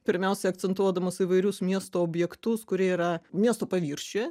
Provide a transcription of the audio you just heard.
pirmiausia akcentuodamas įvairius miesto objektus kurie yra miesto paviršiuje